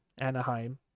Anaheim